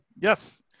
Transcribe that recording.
yes